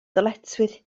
ddyletswydd